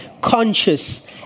Conscious